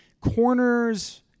corners